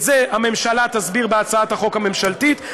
את זה הממשלה תסביר בהצעת החוק הממשלתית.